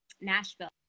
Nashville